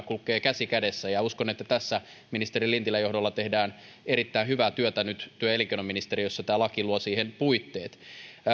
kulkevat käsi kädessä uskon että tässä ministeri lintilän johdolla tehdään erittäin hyvää työtä nyt työ ja elinkeinoministeriössä tämä laki luo siihen puitteet